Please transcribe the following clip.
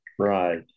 Right